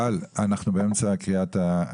גל, אנחנו באמצע הקריאה.